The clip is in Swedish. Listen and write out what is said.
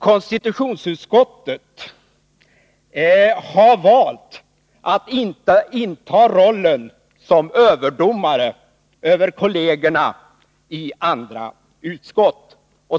Konstitutionsutskottet har valt att inte inta rollen som överdomare över kollegerna i andra utskott.